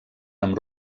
amb